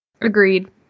Agreed